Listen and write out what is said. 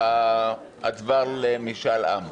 להצבעה על משאל עם.